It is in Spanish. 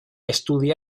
estudia